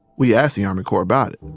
we asked the army corps about it.